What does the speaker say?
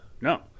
No